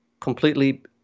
completely